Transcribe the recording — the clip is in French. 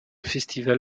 festival